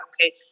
okay